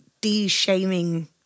de-shaming